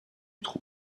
trou